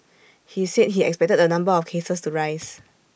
he said he expected the number of cases to rise